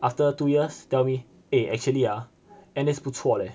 after two years tell me eh actually ah N_S 不错 leh